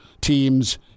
teams